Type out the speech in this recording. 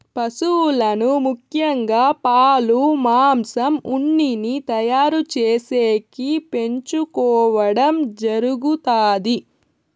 పసువులను ముఖ్యంగా పాలు, మాంసం, ఉన్నిని తయారు చేసేకి పెంచుకోవడం జరుగుతాది